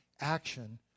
action